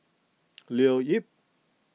Leo Yip